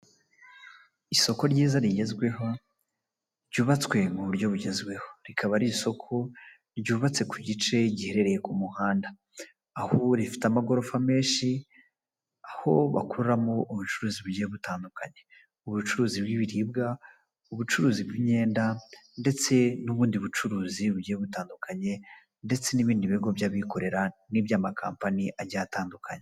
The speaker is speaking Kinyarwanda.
Isoko ryiza rigezweho, ryubatswe mu buryo bugezweho. Rikaba ari isoko ryubatse ku gice giherereye ku muhanda, aho rifite amagorofa menshi, aho bakoramo ubucuruzi bugiye butandukanye. Ubucuruzi bw'ibiribwa, ubucuruzi bw'imyenda ndetse n'ubundi bucuruzi bugiye butandukanye ndetse n'ibindi bigo by'abikorera n'iby'amakampani agiye atandukanye.